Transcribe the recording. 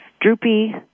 Droopy